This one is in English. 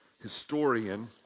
historian